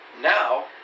Now